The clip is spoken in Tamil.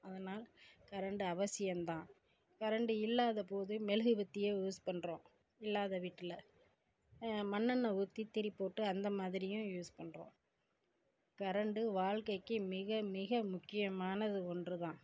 அதனால் கரண்ட் அவசியம்தான் கரண்ட் இல்லாத போது மெழுகுவர்த்திய யூஸ் பண்றோம் இல்லாத வீட்டில மண்ணெண்ணை ஊற்றி திரி போட்டு அந்தமாதிரியும் யூஸ் பண்ணுறோம் கரண்ட் வாழ்க்கைக்கு மிக மிக முக்கியமானது ஒன்றுதான்